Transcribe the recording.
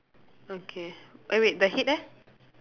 okay eh wait the head eh